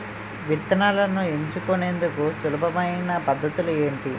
విత్తనాలను ఎంచుకునేందుకు సులభమైన పద్ధతులు ఏంటి?